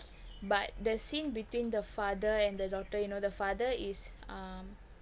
but the scene between the father and the daughter you know the father is um